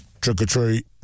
trick-or-treat